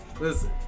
listen